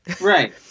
Right